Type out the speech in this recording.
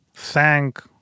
thank